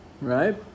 right